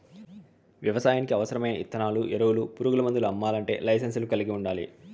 వ్యవసాయానికి అవసరమైన ఇత్తనాలు, ఎరువులు, పురుగు మందులు అమ్మల్లంటే లైసెన్సును కలిగి ఉండల్లా